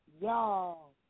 y'all